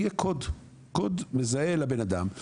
יהיה קוד מזהה לאדם,